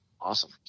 awesome